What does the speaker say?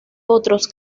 otros